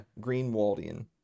Greenwaldian